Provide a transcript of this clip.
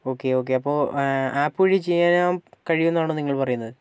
okay okay അപ്പോൾ app വഴി കഴിയുമെന്നാണോ നിങ്ങൾ പറയുന്നത്